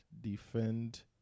defend